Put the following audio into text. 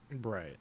Right